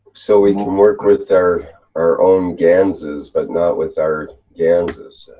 so we can work with our our own ganses, but not with our ganses,